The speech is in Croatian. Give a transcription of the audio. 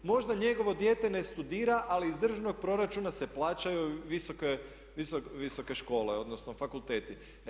Možda njegovo dijete ne studira, ali iz državnog proračuna se plaćaju visoke škole, odnosno fakulteti.